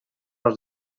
els